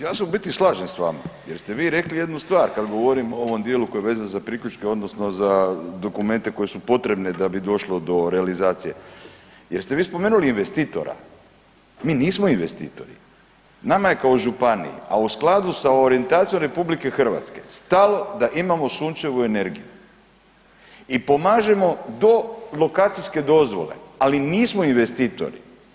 Ja se u biti slažem s vama jer ste vi rekli jednu stvar kad govorim o ovom dijelu koji je vezan za priključke odnosno za dokumente koje su potrebne da bi došlo do realizacije, jer ste vi spomenuli investitora, mi nismo investitor, nama je kao županiji, a u skladu sa orijentacijom RH stalo da imamo sunčevu energiju i pomažemo do lokacijske dozvole, ali nismo investitori.